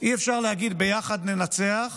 אי-אפשר להגיד "ביחד ננצח,